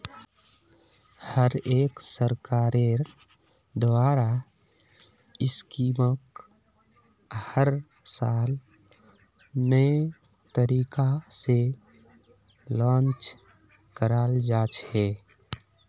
हर एक सरकारेर द्वारा स्कीमक हर साल नये तरीका से लान्च कराल जा छे